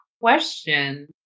question